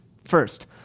First